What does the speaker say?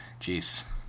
Jeez